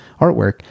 artwork